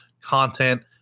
content